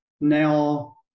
now